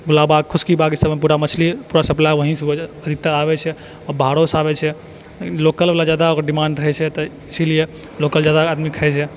पुरा मछली पुरा सप्लाइ वही से होइ छै अधिकतर आबै छै आ बाहरो से आबै छै लोकल वाला जादा डिमाण्ड रहै छै एतऽ इसीलिए लोकल जादा आदमी खाइ छै